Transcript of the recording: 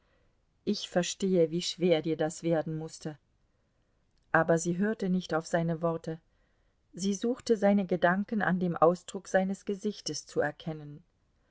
ich verstehe wie schwer dir das werden mußte aber sie hörte nicht auf seine worte sie suchte seine gedanken an dem ausdruck seines gesichtes zu erkennen